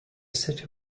city